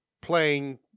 playing